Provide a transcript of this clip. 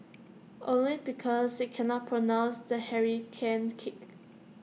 only because they can not pronounce the hurricane kick